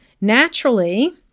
naturally